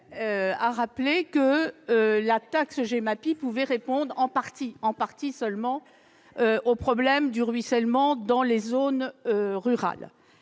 ! Selon lui, la taxe GEMAPI pouvait répondre, en partie seulement, au problème du ruissellement dans les zones rurales.